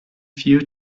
few